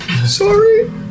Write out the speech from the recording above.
Sorry